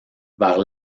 vers